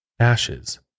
Ashes